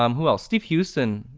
um who else? steve houston,